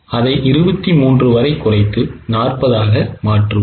அதை 23 வரை குறைத்து 40 ஆக மாற்றுவோம்